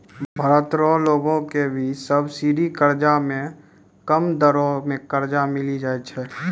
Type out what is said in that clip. भारत रो लगो के भी सब्सिडी कर्जा मे कम दरो मे कर्जा मिली जाय छै